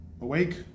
awake